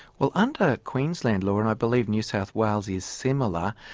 well under queensland law and i believe new south wales is similar,